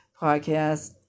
podcast